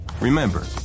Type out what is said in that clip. Remember